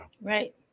Right